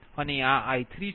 અને આ I3 છે